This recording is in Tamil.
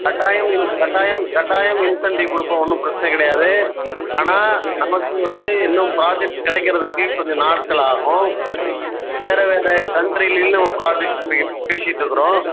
கட்டாயம் கட்டாயம் கட்டாயம் இன்சென்டிவ் கொடுப்போம் ஒன்றும் பிரச்சனை கிடையாது ஆனால் நமக்கு வந்து இன்னும் ப்ராஜெக்ட் கிடைக்கிறதுக்கு கொஞ்சம் நாட்கள் ஆகும் வேறு வேறு கன்ட்ரியிலும் நம்ம ப்ராஜெக்ட் பேசிட்ருக்கிறோம்